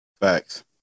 Facts